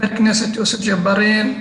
חבר הכנסת יוסף ג'בארין,